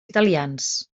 italians